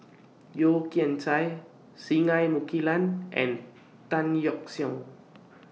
Yeo Kian Chai Singai Mukilan and Tan Yeok Seong